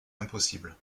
impossible